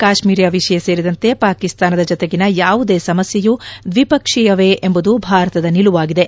ಕಾಶ್ಮೀರ ವಿಷಯ ಸೇರಿದಂತೆ ಪಾಕಿಸ್ತಾನದ ಜತೆಗಿನ ಯಾವುದೇ ಸಮಸ್ಯೆ ದ್ವಿಪಕ್ಷೀಯವೇ ಎಂಬುದು ಭಾರತದ ನಿಲುವಾಗಿದೆ